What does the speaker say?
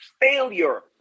failure